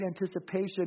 anticipation